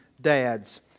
dads